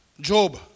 Job